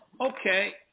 Okay